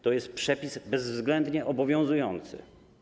To jest przepis bezwzględnie obowiązujący.